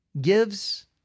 gives